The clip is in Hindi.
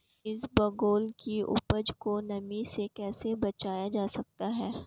इसबगोल की उपज को नमी से कैसे बचाया जा सकता है?